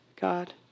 God